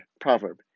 proverb